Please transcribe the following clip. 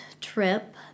trip